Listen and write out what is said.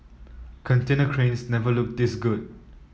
container cranes never looked this good